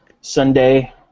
Sunday